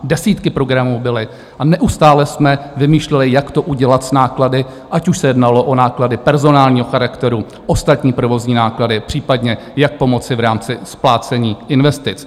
Desítky programů byly a neustále jsme vymýšleli, jak to udělat s náklady, ať už se jednalo o náklady personálního charakteru, ostatní provozní náklady, případně jak pomoci v rámci splácení investic.